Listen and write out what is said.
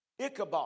Ichabod